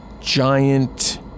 giant